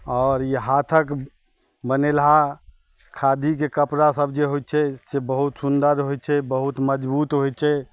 आओर ई हाथक बनेलहा खादीके कपड़ा सभ जे होइ छै से बहुत सुन्दर होइ छै बहुत मजबूत होइ छै